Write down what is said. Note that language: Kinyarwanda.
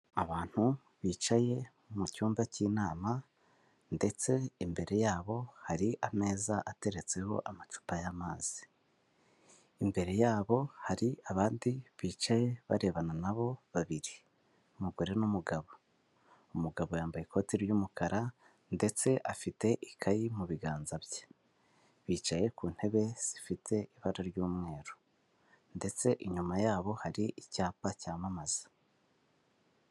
Abantu bicaye mu cyumba cy'inama ndetse imbere yabo hari ameza ateretseho amacupa y'amazi, imbere yabo hari abandi bicaye barebana nabo babiri umugore n'umugabo. Umugabo yambaye ikoti ry'umukara ndetse afite ikayi mu biganza bye bicaye ku ntebe zifite ibara ry'umweru ndetse inyuma yabo hari icyapa cyamamaza.